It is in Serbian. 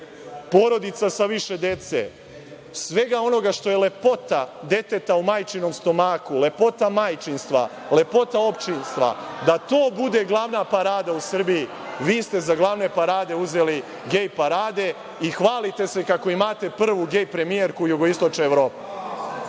porodica sa više dece, svega onoga što je lepota deteta u majčinom stomaku, lepota majčinstva, lepota očinstva, da to bude glavna parada u Srbiji. Vi ste za glavne parade uzeli gej parade i hvalite se kako imate prvu gej premijerku Jugoistočne Evrope,